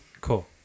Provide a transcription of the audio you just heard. Cool